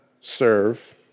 serve